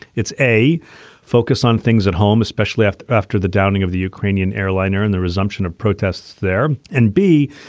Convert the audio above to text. it's a focus on things at home, especially after after the downing of the ukrainian airliner and the resumption of protests there. and b,